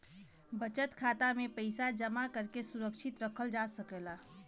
बचत खाता में पइसा जमा करके सुरक्षित रखल जा सकला